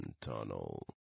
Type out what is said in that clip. tunnel